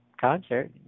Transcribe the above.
concert